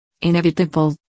Inevitable